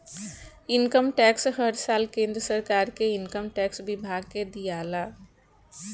income tax हर साल केंद्र सरकार के इनकम टैक्स विभाग के दियाला